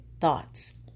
thoughts